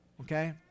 okay